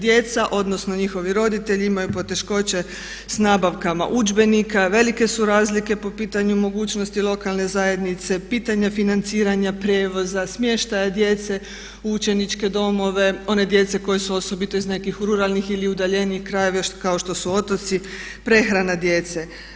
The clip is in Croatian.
Djeca odnosno njihovi roditelji imaju poteškoće sa nabavkama udžbenika, velike su razlike po pitanju mogućnosti lokalne zajednice, pitanje financiranja prijevoza, smještaja djece u učeničke domove, one djece koji su osobito iz nekih ruralnih ili udaljenijih krajeva kao što su otoci, prehrana djece.